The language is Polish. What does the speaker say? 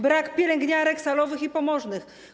Brak pielęgniarek, salowych i położnych.